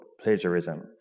plagiarism